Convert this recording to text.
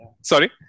sorry